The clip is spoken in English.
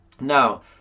Now